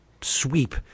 sweep